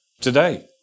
Today